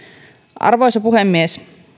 arvoisa puhemies